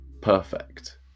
perfect